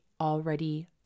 already